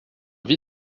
jean